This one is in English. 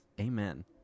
Amen